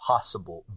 possible